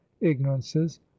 ignorances